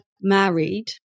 married